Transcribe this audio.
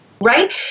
Right